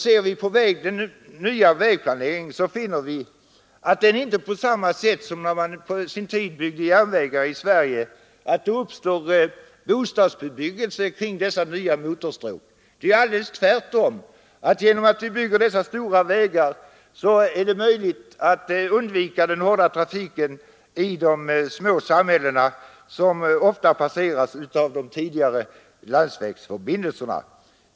Ser vi på den nya vägplaneringen, så finner vi att det inte — som när man på sin tid byggde järnvägar i Sverige — uppstår bostadsbebyggelse kring dessa nya stråk. Genom att vi bygger dessa stora vägar är det tvärtom möjligt att undvika den hårda trafiken i de små samhällena, vilka ofta passeras av de tidigare landsvägsförbindelserna.